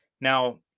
now